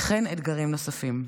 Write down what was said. וכן אתגרים נוספים.